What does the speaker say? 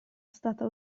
stata